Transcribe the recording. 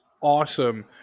awesome